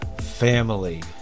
family